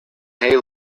hay